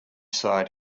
side